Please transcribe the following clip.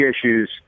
issues